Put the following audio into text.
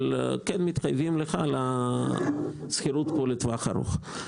אבל כן מתחייבים לך לשכירות לטווח ארוך פה.